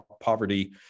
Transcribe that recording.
poverty